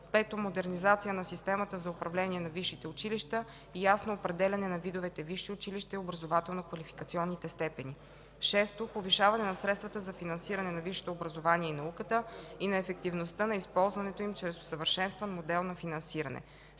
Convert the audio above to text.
5. Модернизация на системата за управление на висшите училища и ясно определяне на видовете висши училища и образователно-квалификационните степени. 6. Повишаване на средствата за финансиране на висшето образование и науката и на ефективността на използването им чрез усъвършенстван модел на финансиране.